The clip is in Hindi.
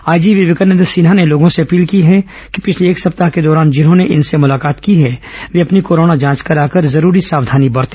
आईजी विवेकानदं सिन्हा ने लोगों से अपील की है कि पिछले एक सप्ताह के दौरान जिन्होंने उनसे मुलाकात की है वे अपनी कोरोना जांच करा कर जरूरी सावधानी बरते